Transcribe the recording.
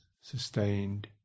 sustained